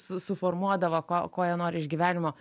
su suformuodavo ko ko jie nori iš gyvenimo